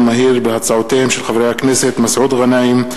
הצעותיהם של חברי הכנסת מסעוד גנאים,